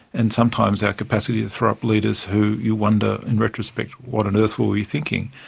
and sometimes our capacity to throw up leaders who you wonder in retrospect what on earth were we thinking.